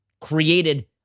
created